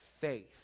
faith